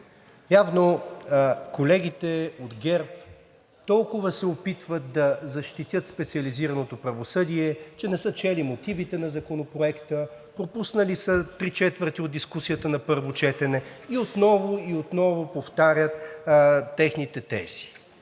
Явно колегите от ГЕРБ толкова се опитват да защитят специализираното правосъдие, че не са чели мотивите на Законопроекта, пропуснали са три четвърти от дискусията на първо четене и отново, и отново повтарят техните тези.